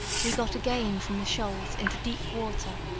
we got again from the shoals into deep water,